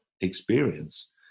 experience